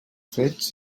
fets